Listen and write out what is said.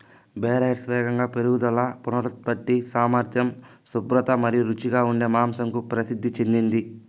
Berkshires వేగంగా పెరుగుదల, పునరుత్పత్తి సామర్థ్యం, శుభ్రత మరియు రుచిగా ఉండే మాంసంకు ప్రసిద్ధి చెందింది